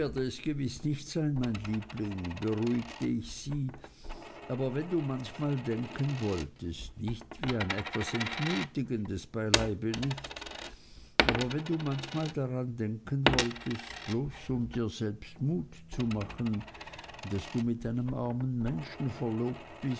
es gewiß nicht sein mein liebling beruhigte ich sie aber wenn du manchmal denken wolltest nicht wie an etwas entmutigendes beileibe nicht aber wenn du manchmal daran denken wolltest bloß um dir selbst mut zu machen daß du mit einem armen menschen verlobt bist